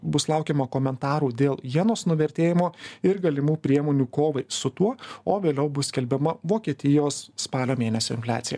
bus laukiama komentarų dėl jenos nuvertėjimo ir galimų priemonių kovai su tuo o vėliau bus skelbiama vokietijos spalio mėnesio infliacija